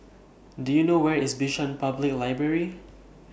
Do YOU know Where IS Bishan Public Library